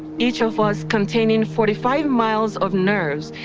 each of us containing forty five miles of nerves,